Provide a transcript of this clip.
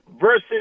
versus